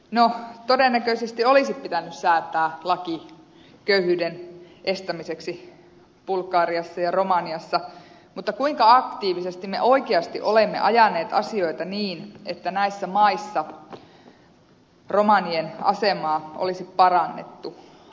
no todennäköisesti olisi pitänyt säätää laki köyhyyden estämiseksi bulgariassa ja romaniassa mutta kuinka aktiivisesti me oikeasti olemme ajaneet asioita niin että näissä maissa romanien asemaa olisi parannettu